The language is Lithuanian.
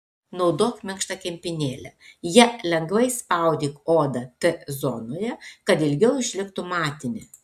naudok minkštą kempinėlę ja lengvai spaudyk odą t zonoje kad ilgiau išliktų matinė